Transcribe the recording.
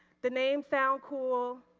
the name sounds cool.